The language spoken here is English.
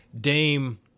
Dame